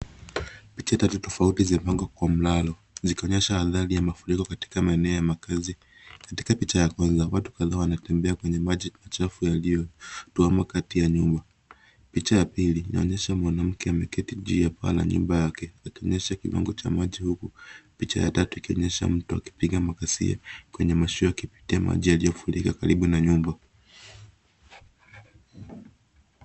Picha tatu tofauti zimepangwa kwa mlalo. Zikionyesha athari ya mafuriko katika maeneo ya makazi. Katika picha ya kwanza, watu kadhaa wanatembea kwenye maji machafu yaliyotuama kati ya nyumba. Picha ya pili, inaonyesha mwanamke ameketi juu ya paa la nyumba yake, akionyesha kiwango cha maji huku picha ya tatu ikonyesha mtu akipiga makasia, kwenye mashua akipitia maji yaliyofurika karibu na nyumba.